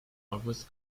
always